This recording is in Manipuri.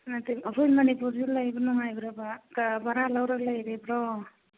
ꯅꯠꯇꯦ ꯑꯩꯈꯣꯏ ꯃꯅꯤꯄꯨꯔꯁꯦ ꯂꯩꯕ ꯅꯨꯡꯉꯥꯏꯕ꯭ꯔꯕ ꯀꯥ ꯚꯔꯥ ꯂꯧꯔ ꯂꯩꯔꯤꯕ꯭ꯔꯣ